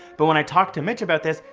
but when i talked to mitch about this,